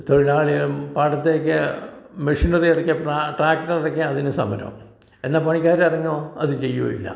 തൊഴിലാളികൾ പാടത്തേക്ക് മെഷിനറി ഇറക്കിയാൽ പ്ര ട്രാക്ടർ ഇറക്കിയാൽ അതിന് സമരം എന്നാൽ പണിക്കാർ ഇറങ്ങുമോ അത് ചെയ്യുകയും ഇല്ല